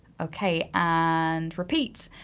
okay and repeat.